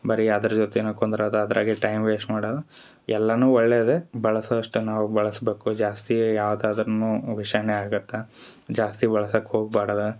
ಬರಿ ಅದ್ರ ಜೊತೆನು ಕುಂದ್ರಾದ ಅದ್ರಾಗೆ ಟೈಮ್ ವೇಸ್ಟ್ ಮಾಡದು ಎಲ್ಲನು ಒಳ್ಳೆಯದೆ ಬಳಸುವಷ್ಟು ನಾವು ಬಳಸಬೇಕು ಜಾಸ್ತಿ ಯಾವ್ದಾದರೂನು ವಿಷನೇ ಆಗತ್ತ ಜಾಸ್ತಿ ಬಳಸಕ್ಕೆ ಹೋಗ್ಬಾಡ್ದ